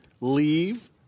leave